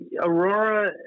Aurora